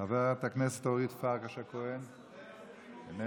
חברת הכנסת אורית פרקש הכהן, איננה.